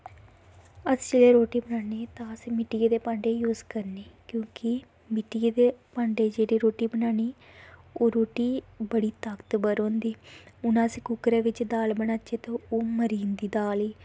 अस जिसलै रुट्टी बनान्ने तां अस मिट्टिये दे भांडे यूस करने क्योंकि मिट्टिये दे भांडे जेह्ड़ी रुट्टी बनानी ओह् रुट्टी बड़ी ताकतबर होंदी हून अस कुक्करै बिच्च दाल बनाचै तां ओह् मरी जंदी दाल ई